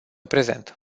prezent